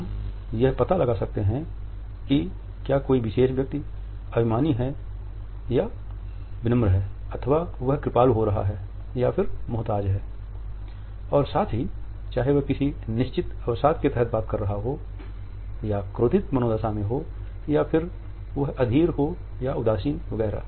हम यह पता लगा सकते हैं कि क्या कोई विशेष व्यक्ति विनम्र है या अभिमानी है अथवा वह कृपालु हो रहा है या फिर मोहताज है और साथ ही चाहे वह किसी निश्चित अवसाद के तहत बात कर रहा हो या क्रोधित मनोदशा में हो या फिर वह अधीर हो या उदासीन वगैरह